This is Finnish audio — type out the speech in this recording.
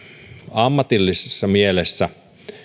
ammatillisessa mielessä